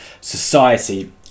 society